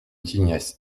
tignasse